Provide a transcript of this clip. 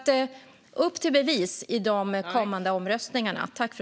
Upp till bevis i kommande omröstningar!